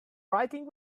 writing